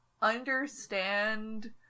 understand